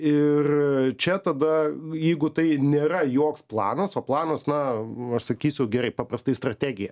ir čia tada jeigu tai nėra joks planas o planas na aš sakysiu gerai paprastai strategija